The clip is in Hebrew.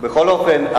בכל אופן,